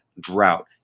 drought